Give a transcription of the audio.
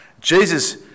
Jesus